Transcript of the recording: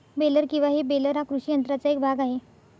baler किंवा हे baler हा कृषी यंत्राचा एक भाग आहे